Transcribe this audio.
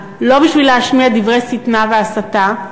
לא בשביל להשמיע דברי שטנה והסתה,